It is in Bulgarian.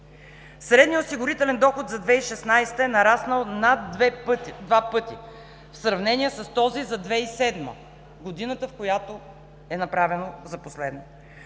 Средният осигурителен доход за 2016 г. е нараснал над два пъти в сравнение с този за 2007 г. – годината, в която е направено за последно.